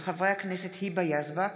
מאת חברי הכנסת ינון אזולאי,